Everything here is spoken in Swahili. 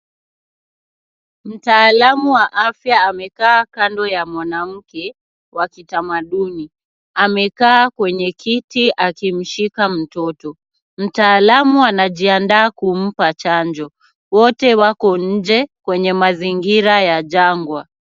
Mtaalamu wa afya amekaa kando ya mwanamke wa kitamaduni. Amekaa kwenye kiti akimshika mtoto. Mtaalamu anajiandaa kumpa chanjo. Wote wako nje kwenye mazingira ya janga.